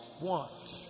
want